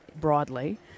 broadly